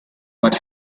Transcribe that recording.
what